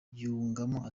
yungamo